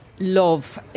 Love